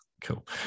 cool